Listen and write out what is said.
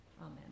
Amen